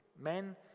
men